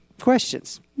Questions